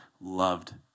loved